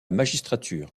magistrature